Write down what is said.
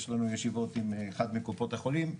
יש לנו ישיבות עם קופות החולים,